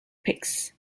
pics